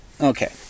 okay